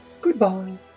Goodbye